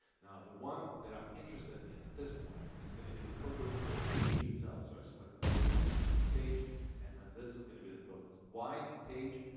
now the one that i'm interested in at this point is going to be the codeless for the page itself, so i selected page you see it says page and then this is going to be the codeless. why page?